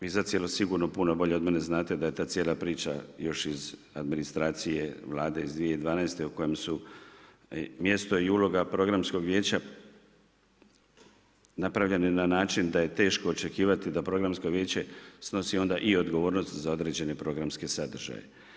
Vi zacijelo sigurno puno bolje od mene znate da je ta cijela priča još iz administracije Vlade iz 2012. o kojem su i mjesto i uloga Programskog vijeća napravljeni na način da je teško očekivati da Programsko vijeće snosi onda i odgovornost za određeni programski sadržaj.